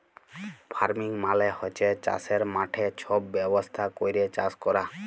farming মালে হছে চাষের মাঠে ছব ব্যবস্থা ক্যইরে চাষ ক্যরা